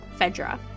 FEDRA